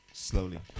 Slowly